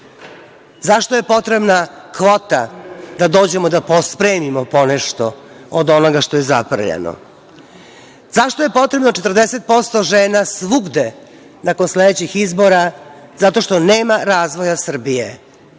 Zašto je potrebna kvota da dođemo da pospremimo ponešto od onoga što je zaprljano? Zašto je potrebno 40% žena svugde nakon sledećih izbora? Zato što nema razvoja Srbije